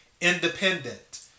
independent